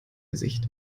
gesicht